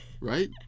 right